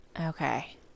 Okay